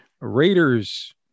Raiders